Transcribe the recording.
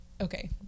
okay